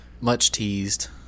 much-teased